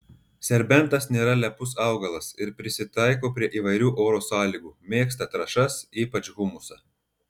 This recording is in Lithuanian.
serbentas nėra lepus augalas ir prisitaiko prie įvairių oro sąlygų mėgsta trąšas ypač humusą